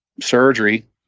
surgery